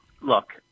look